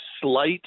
slight